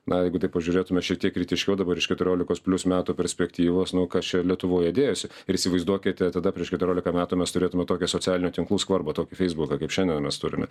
na jeigu taip pažiūrėtume šiek tiek kritiškiau dabar iš keturiolikos plius metų perspektyvos nu kas čia lietuvoje dėjosi ir įsivaizduokite tada prieš keturiolika metų mes turėtume tokią socialinių tinklų skvarbą tokį feisbuką kaip šiandien mes turime